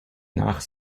nach